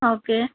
okay